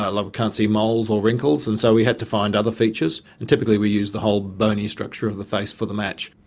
we can't see moles or wrinkles, and so we had to find other features, and typically we use the whole bony structure of the face for the match.